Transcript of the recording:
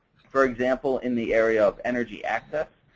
for example, in the area of energy access,